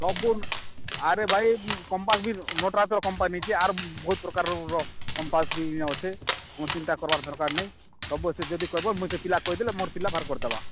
ସବୁ ଆରେ ଭାଇ କମ୍ପାସ୍ ବି ନଟରାଜ୍ର କମ୍ପାନୀ ୟାର୍ ବହୁତ୍ ପ୍ରକାରର କମ୍ପାସ୍ ବି ଅଛେ ତମର୍ ଚିନ୍ତା କର୍ବାର ଦରକାର୍ ନାହିଁ ସବୁଅଛି ଯଦି କହିବ ମୁଁଇ ସେ ପିଲାକୁ କହିଦେଲେ ମୋର ପିଲା ବାହାର୍ କରିଦେବା